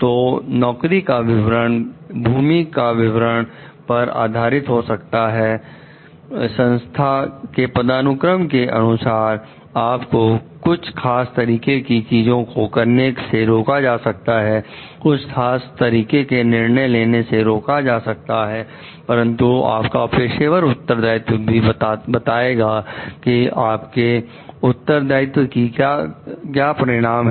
तो नौकरी का विवरण भूमि का विवरण पर आधारित हो सकता है संस्थान के पदानुक्रम के अनुसार आपको कुछ खास तरीके की चीजों को करने से रोका जा सकता है कुछ खास तरीके के निर्णय लेने से रोका जा सकता है और परंतु आपका पेशेवर उत्तरदायित्व भी बताएगा कि आपके उत्तरदायित्व की क्या परिमाण है